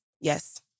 Yes